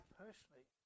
personally